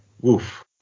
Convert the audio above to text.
woof